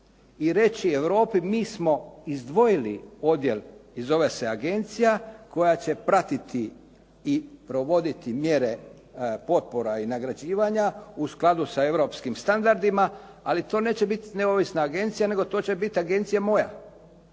i reći Europi mi smo izdvojili odjel i zove se agencija koja će pratiti i provoditi mjere potpora i nagrađivanja, u skladu sa europskim standardima, ali to neće biti neovisna agencija, nego to će biti agencija moja,